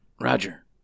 Roger